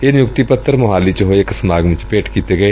ਇਹ ਨਿਯੁਕਤੀ ਪੱਤਰ ਮੋਹਾਲੀ ਚ ਹੋਏ ਇਕ ਸਮਾਗਮ ਚ ਭੇਟ ਕੀਤੇ ਗਏ